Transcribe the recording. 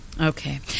Okay